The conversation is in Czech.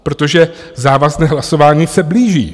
Protože závazné hlasování se blíží.